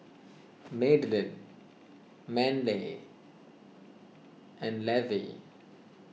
Madeline Manley and Levie